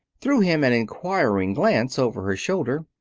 threw him an inquiring glance over her shoulder.